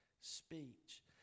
speech